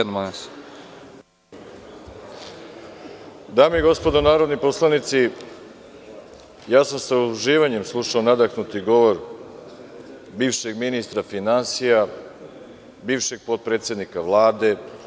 Dame i gospodo narodni poslanici, sa uživanjem sam slušao nadahnuti govor bivšeg ministra finansija, bivšeg potpredsednika Vlade.